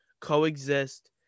coexist